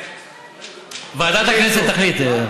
ועדת הכנסת תחליט.